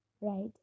right